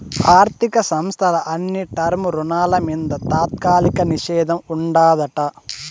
ఆర్థిక సంస్థల అన్ని టర్మ్ రుణాల మింద తాత్కాలిక నిషేధం ఉండాదట